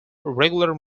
regular